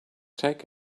take